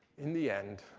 in the end,